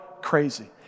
crazy